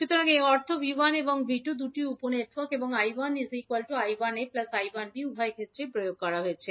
সুতরাং এর অর্থ 𝐕1 এবং 𝐕2 দুটি উপ নেটওয়ার্ক এবং 𝐈1 𝐈1𝑎 𝐈1𝑏 উভয় ক্ষেত্রেই প্রয়োগ করা হয়েছে